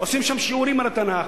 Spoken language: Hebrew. עושים שם שיעורים על התנ"ך,